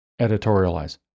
editorialize